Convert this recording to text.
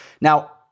Now